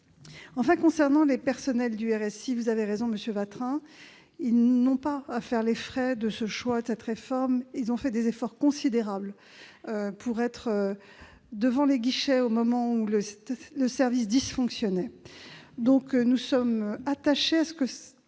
outre, concernant les personnels du RSI, vous avez raison, monsieur Watrin, ils n'ont pas à faire les frais de cette réforme. Ils ont fait des efforts considérables pour être devant les guichets au moment où le service dysfonctionnait. Nous sommes donc attachés à ce que